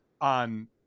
on